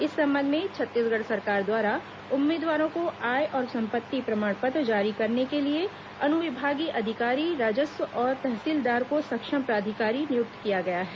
इस संबंध में छत्तीसगढ़ सरकार द्वारा उम्मीदवारों को आय और सम्पत्ति प्रमाण पत्र जारी करने के लिए अनुविभागीय अधिकारी राजस्व और तहसीलदार को सक्षम प्राधिकारी नियुक्त किया गया है